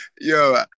yo